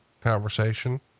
conversation